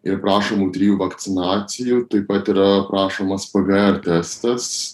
ir prašomų trijų vakcinacijų taip pat yra prašomas pgr testas